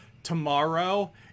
tomorrow